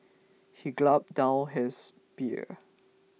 he gloped down his beer